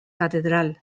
catedral